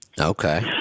Okay